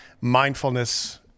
Mindfulness